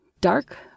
Dark